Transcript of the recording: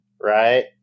right